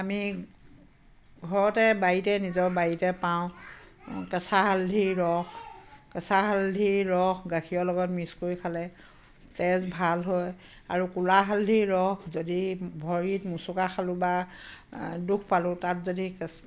আমি ঘৰতে বাৰীতে নিজৰ বাৰীতে পাওঁ কেঁচা হালধিৰ ৰস কেঁচা হালধি ৰস গাখীৰৰ লগত মিক্স কৰি খালে তেজ ভাল হয় আৰু ক'লা হালধিৰ ৰস যদি ভৰিত মোচোকা খালোঁ বা দুখ পালোঁ তাত যদি কেঁচা